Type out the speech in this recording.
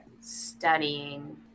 Studying